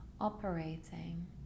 operating